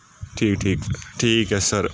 ਠੀਕ ਠੀਕ ਠੀਕ ਹੈ ਸਰ